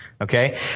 Okay